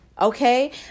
okay